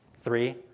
Three